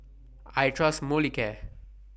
I Trust Molicare